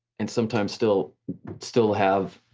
and sometimes still still have,